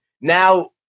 now